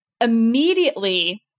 Immediately